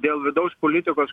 dėl vidaus politikos